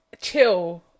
Chill